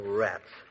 rats